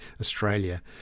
Australia